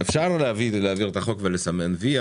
שאפשר להעביר את החוק ולסמן וי,